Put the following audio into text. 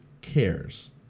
cares